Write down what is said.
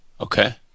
Okay